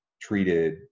treated